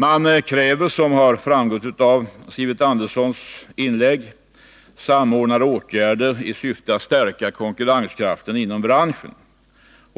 Man kräver, som har framgått av Sivert Anderssons inlägg, samordnade åtgärder i syfte att stärka konkurrenskraften inom branschen.